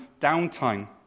downtime